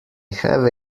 have